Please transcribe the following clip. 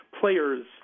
players